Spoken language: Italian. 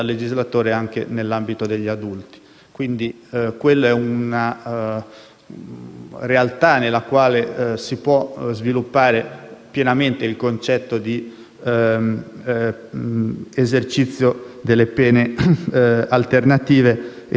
quindi una realtà nella quale si può sviluppare pienamente il concetto di esercizio delle pene alternative e delle cosiddette sanzioni di comunità.